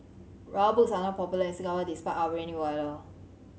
Rubber Boots are not popular in Singapore despite our rainy weather